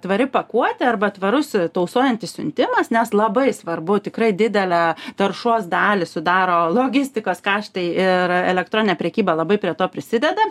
tvari pakuotė arba tvarus tausojantis siuntimas nes labai svarbu tikrai didelę taršos dalį sudaro logistikos kaštai ir elektroninė prekyba labai prie to prisideda